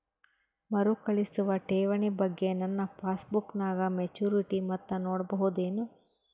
ಮರುಕಳಿಸುವ ಠೇವಣಿ ಬಗ್ಗೆ ನನ್ನ ಪಾಸ್ಬುಕ್ ನಾಗ ಮೆಚ್ಯೂರಿಟಿ ಮೊತ್ತ ನೋಡಬಹುದೆನು?